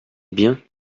bien